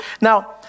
Now